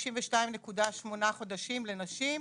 62.8 לנשים,